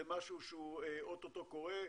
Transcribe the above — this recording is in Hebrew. זה משהו שהוא אוטוטו קורה?